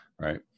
right